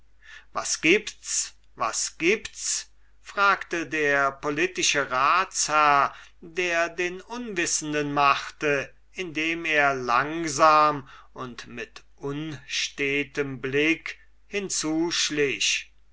was gibts was gibts fragte der politische ratsherr der den unwissenden machte indem er langsam und mit unstetem blick